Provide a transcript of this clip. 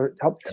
help